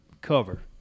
cover